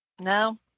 No